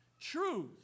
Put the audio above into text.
truth